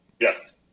Yes